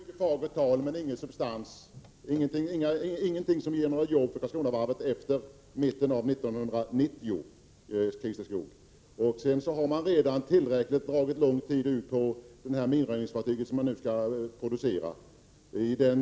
Herr talman! Det var mycket fagert tal men ingen substans, ingenting som ger jobb för Karlskronavarvet efter mitten av 1990, Christer Skoog! Sedan har man redan dragit ut på tiden tillräckligt när det gäller det minröjningsfartyg som man nu skall producera.